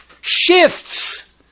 shifts